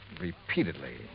repeatedly